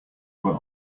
were